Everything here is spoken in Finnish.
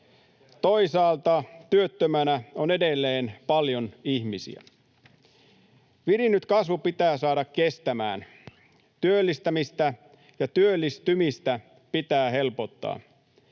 Toisaalta työttömänä on edelleen paljon ihmisiä. Virinnyt kasvu pitää saada kestämään. Työllistämistä ja työllistymistä pitää helpottaa.